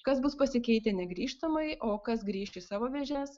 kas bus pasikeitę negrįžtamai o kas grįš į savo vėžes